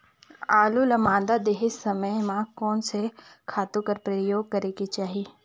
आलू ल मादा देहे समय म कोन से खातु कर प्रयोग करेके चाही?